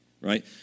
right